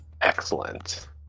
excellent